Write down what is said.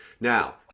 Now